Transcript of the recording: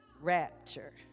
rapture